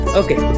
okay